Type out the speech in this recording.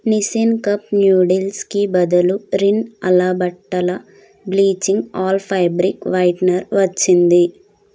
Nissin cup న్యూడిల్స్కి బదులు Rin అలా బట్టల బ్లీచింగ్ ఆల్ ఫైబ్రిక్ వైట్నర్ వచ్చింది